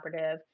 collaborative